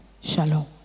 Shalom